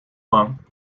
lang